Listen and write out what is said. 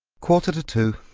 quarter to two!